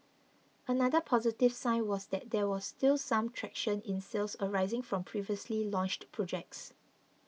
another positive sign was that there was still some traction in sales arising from previously launched projects